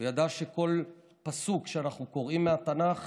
הוא ידע שכל פסוק שאנחנו קוראים מהתנ"ך